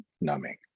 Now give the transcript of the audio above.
numbing